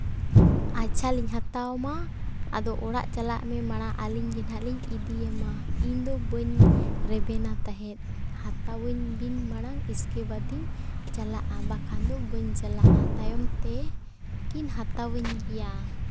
ᱟᱪᱪᱷᱟ ᱞᱤᱧ ᱦᱟᱛᱟᱣ ᱟᱢᱟ ᱟᱫᱚ ᱚᱲᱟᱜ ᱪᱟᱞᱟᱜ ᱢᱮ ᱢᱟᱲᱟᱝ ᱟᱹᱞᱤᱧ ᱜᱮ ᱱᱟᱦᱟᱜ ᱞᱤᱧ ᱤᱫᱤᱭᱟᱢᱟ ᱤᱧ ᱫᱚ ᱵᱟᱹᱧ ᱨᱮᱵᱮᱱᱟ ᱛᱟᱦᱮᱸᱫ ᱦᱟᱛᱟᱣᱟᱹᱧ ᱵᱤᱱ ᱢᱟᱲᱟᱝ ᱤᱥᱠᱮᱵᱟᱫᱤᱧ ᱪᱟᱞᱟᱜᱼᱟ ᱵᱟᱠᱷᱟᱱ ᱫᱚ ᱵᱟᱹᱧ ᱪᱟᱞᱟᱜᱼᱟ ᱛᱟᱭᱚᱢ ᱛᱮ ᱠᱤᱱ ᱦᱟᱛᱟᱣᱟᱹᱧ ᱜᱮᱭᱟ